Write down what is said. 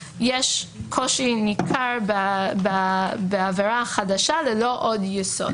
יש קושי ניכר בעבירה חדשה ללא עוד יסוד.